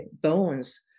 bones